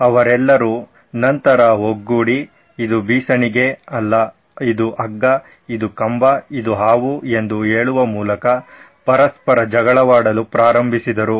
ಅವರೆಲ್ಲರೂ ನಂತರ ಒಗ್ಗೂಡಿ ಇದು ಬೀಸಣಿಗೆ ಅಲ್ಲ ಇದು ಹಗ್ಗ ಇದು ಕಂಬ ಇದು ಹಾವು ಎಂದು ಹೇಳುವ ಮೂಲಕ ಪರಸ್ಪರ ಜಗಳವಾಡಲು ಪ್ರಾರಂಭಿಸಿದರು